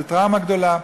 וזו טראומה גדולה.